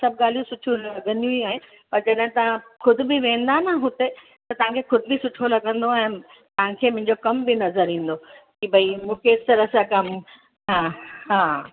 सभु ॻाल्हियूं सुठियूं लॻंदियूं ई आहिनि पर जॾहिं तव्हां ख़ुदि बि वेंदा न हुते त तव्हांखे ख़ुदि बि सुठो लॻंदो ऐं तव्हांखे मुंहिंजो कम बि नज़र ईंदा कि भई मूंखे इस तरह सां कमु हा हा